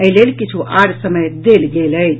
एहि लेल किछु आओर समय देल गेल अछि